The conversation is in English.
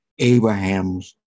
Abraham's